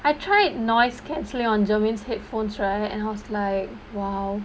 I tried noise cancelling on germin's headphones right and I was like !wow!